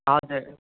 हजुर